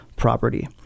Property